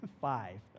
Five